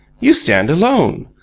you stand alone.